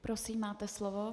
Prosím, máte slovo.